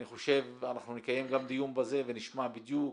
אני חושב שאנחנו נקיים גם דיון בזה ונשמע בדיוק